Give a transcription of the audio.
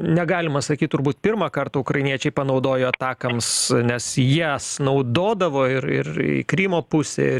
negalima sakyt turbūt pirmą kartą ukrainiečiai panaudojo atakams nes jas naudodavo ir ir krymo pusė